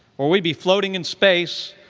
or we'd be floating in space,